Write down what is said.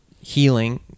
healing